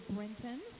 Brenton